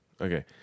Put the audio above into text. Okay